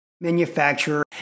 Manufacturer